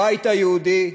הבית היהודי,